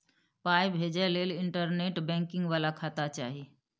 पाय भेजय लए इंटरनेट बैंकिंग बला खाता चाही